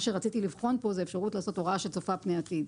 רציתי לבחון אפשרות לקבוע הוראת שעה צופה פני עתיד.